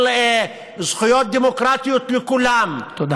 על זכויות דמוקרטיות לכולם, תודה.